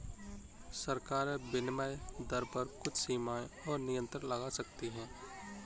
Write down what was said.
सरकारें विनिमय दर पर कुछ सीमाएँ और नियंत्रण लगा सकती हैं